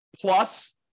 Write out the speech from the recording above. Plus